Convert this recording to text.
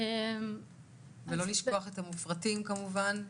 ולא לשכוח את המופרטים, כמובן.